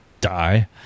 die